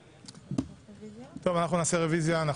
אנחנו נעשה רביזיה.